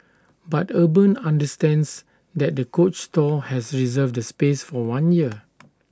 but urban understands that the coach store has reserved the space for one year